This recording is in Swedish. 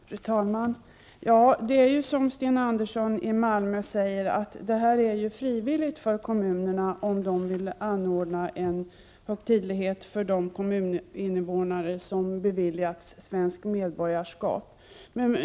Fru talman! Det är ju så, som Sten Andersson i Malmö säger, att det är frivilligt för kommunerna att anordna en högtidlighet för de kommuninvånare som beviljats svenskt medborgarskap.